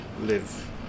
live